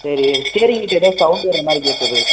சரி ஸ்டேரிங்க் கிட்டே ஏதோ சவுண்டு வர மாதிரி கேட்குது